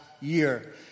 year